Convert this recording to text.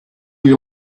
you